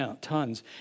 tons